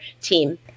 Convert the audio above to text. team